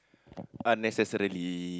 unnecessarily